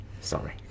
Sorry